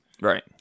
right